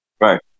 Right